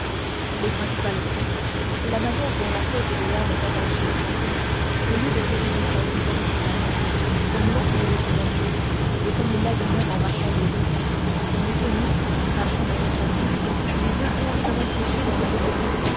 les principales sont que la manière dont la tête de l'homme est attachée à son corps au lieu de diriger sa vue horizontalement comme l'ont tous les autres animaux et comme il l'a lui-même en marchant debout lui eût tenu marchant à quatre pieds les yeux directement fichés vers la terre